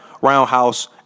roundhouse